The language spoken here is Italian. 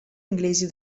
inglesi